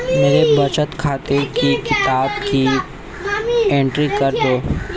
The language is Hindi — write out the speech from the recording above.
मेरे बचत खाते की किताब की एंट्री कर दो?